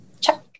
check